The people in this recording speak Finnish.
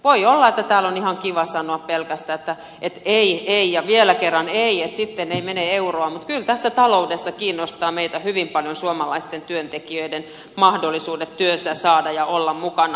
voi olla että täällä on ihan kiva sanoa pelkästään ei ei ja vielä kerran ei että sitten ei mene euroa mutta kyllä tässä taloudessa meitä kiinnostavat hyvin paljon suomalaisten työntekijöiden mahdollisuudet saada työtä ja olla mukana